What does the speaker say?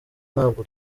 ntabwo